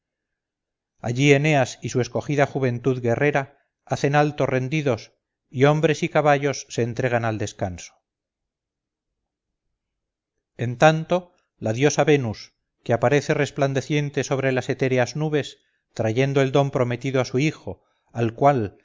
allí eneas y su escogida juventud guerrera hacen alto rendidos y hombres y caballos se entregan al descanso en tanto la diosa venus se aparece resplandeciente sobre las etéreas nubes trayendo el don prometido a su hijo al cual